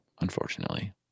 unfortunately